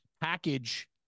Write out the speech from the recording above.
package